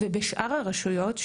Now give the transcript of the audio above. ובשאר הרשויות,